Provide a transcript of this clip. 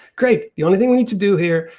great. the only thing you need to do here,